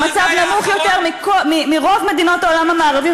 המספר נמוך יותר מברוב מדינות העולם המערבי